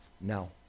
No